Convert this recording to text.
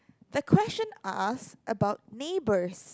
the question ask about neighbours